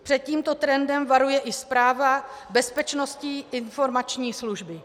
Před tímto trendem varuje i zpráva Bezpečnostní informační služby.